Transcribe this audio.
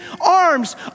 arms